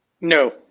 No